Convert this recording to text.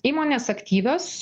įmonės aktyvios